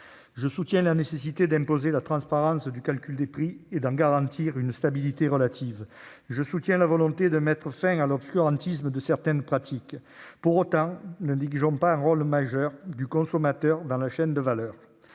Je soutiens la nécessité d'imposer la transparence du calcul des prix et d'en garantir une stabilité relative. Je soutiens la volonté de mettre fin à l'obscurantisme de certaines pratiques. Pour autant, ne négligeons pas le rôle majeur du consommateur dans la chaîne de valeur.